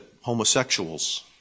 homosexuals